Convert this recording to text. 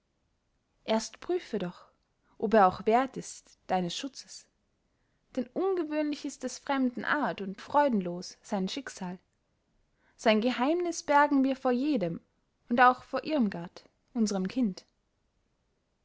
erst prüfe doch ob er auch wert ist deines schutzes denn ungewöhnlich ist des fremden art und freudenlos sein schicksal sein geheimnis bergen wir vor jedem und auch vor irmgard unserem kind